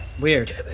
Weird